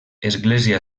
església